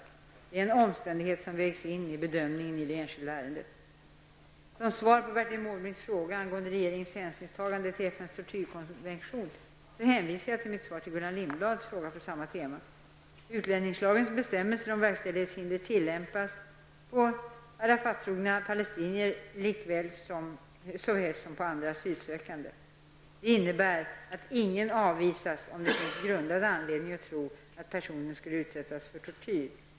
Detta är en omständighet som vägs in vid bedömningen i det enskilda ärendet. Som svar på Bertil Måbrinks fråga angående regeringens hänsynstagande till FNs tortyrkonvention hänvisar jag till mitt svar på Gullan Lindblads fråga på samma tema. Utlänningslagens bestämmelser om verkställighetshinder tillämpas såväl på Arafattrogna palestinier som på andra asylsökande. Det innebär att ingen avvisas om det finns grundad anledning att tro att personen skulle utsättas för tortyr.